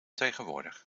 tegenwoordig